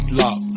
lock